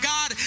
God